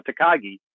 Takagi